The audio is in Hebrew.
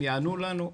הם יענו לנו,